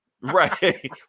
right